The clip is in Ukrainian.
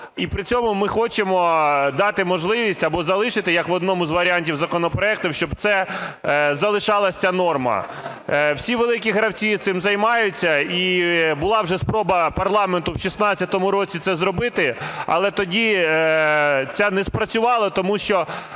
І при цьому ми хочемо дати можливість або залишити, як в одному із варіантів законопроекту, щоб залишалась ця норма. Всі великі гравці цим займаються. І була вже спроба парламенту в 16-му році це зробити. Але тоді це не спрацювало, тому що